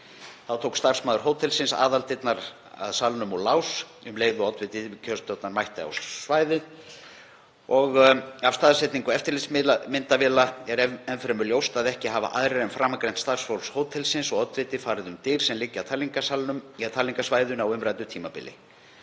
Þá tók starfsmaður hótelsins aðaldyrnar að salnum úr lás um leið og oddviti kjörstjórnar mætti á staðinn. Af staðsetningu eftirlitsmyndavéla er enn fremur ljóst að ekki hafi aðrir en framangreint starfsfólk hótelsins og oddviti farið um dyr sem liggja að talningarsvæðinu á umræddu tímabili.